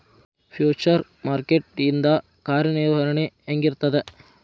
Future market ಇಂದ್ ಕಾರ್ಯನಿರ್ವಹಣಿ ಹೆಂಗಿರ್ತದ?